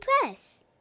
Press